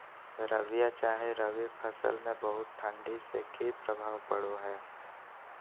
रबिया चाहे रवि फसल में बहुत ठंडी से की प्रभाव पड़ो है?